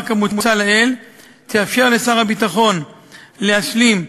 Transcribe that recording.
כמוצע לעיל תאפשר לשר הביטחון להשלים,